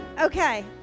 Okay